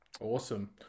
Awesome